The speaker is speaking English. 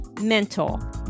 mental